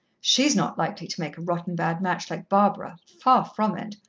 she's not likely to make a rotten bad match like barbara far from it.